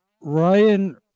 Ryan